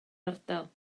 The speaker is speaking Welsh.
ardal